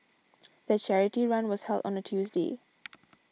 the charity run was held on a Tuesday